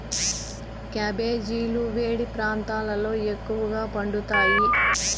క్యాబెజీలు వేడి ప్రాంతాలలో ఎక్కువగా పండుతాయి